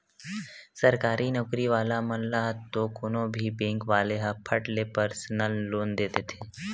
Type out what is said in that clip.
सरकारी नउकरी वाला मन ल तो कोनो भी बेंक वाले ह फट ले परसनल लोन दे देथे